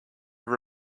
have